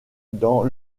dans